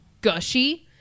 gushy